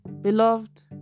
Beloved